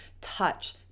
touch